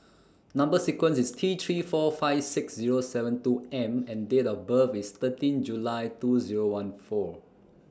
Number sequence IS T three four five six Zero seven two M and Date of birth IS thirteen July two Zero one four